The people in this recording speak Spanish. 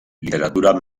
literatura